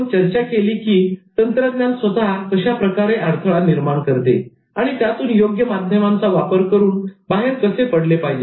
आपण चर्चा केली की तंत्रज्ञान स्वतः कशाप्रकारे अडथळा निर्माण करते आणि त्यातून योग्य माध्यमाचा वापर करून बाहेर कसे पडले पाहिजे